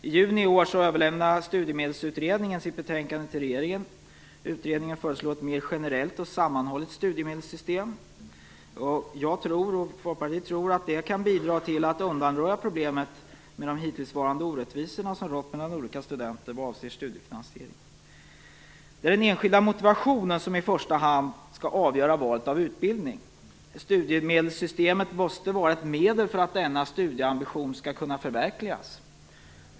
I juni i år överlämnade Studiemedelsutredningen sitt betänkande till regeringen. Utredningen föreslår ett mer generellt och sammanhållet studiemedelssystem. Jag och Folkpartiet tror att det kan bidra till att undanröja problemet med de hittillsvarande orättvisor som rått mellan olika studenter vad avser studiefinansieringen. Det är den enskildes motivation som i första hand skall avgöra valet av utbildning. Studiemedelssystemet måste vara ett medel för att denna studieambition skall kunna förverkligas.